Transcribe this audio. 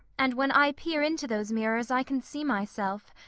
and when i peer into those mirrors i can see myself,